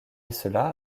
cela